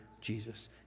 Jesus